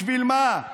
בשביל מה?